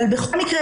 אבל בכל מקרה,